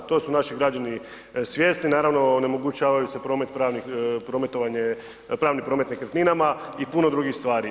To su naši građani svjesni, naravno, onemogućavaju se prometovanje, pravni promet nekretninama i puno drugih stvari.